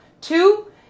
Two